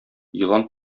елан